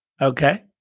Okay